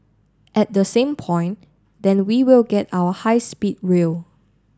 at the same point then we will get our high speed real